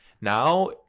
Now